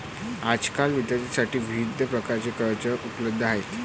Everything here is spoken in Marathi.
आजकाल विद्यार्थ्यांसाठी विविध प्रकारची कर्जे उपलब्ध आहेत